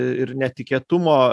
ir netikėtumo